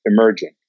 emerging